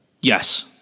Yes